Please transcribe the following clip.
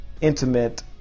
intimate